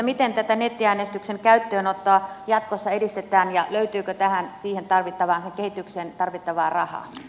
miten tätä nettiäänestyksen käyttöönottoa jatkossa edistetään ja löytyykö siihen tarvittavaan kehitykseen tarvittavaa rahaa